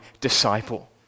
disciple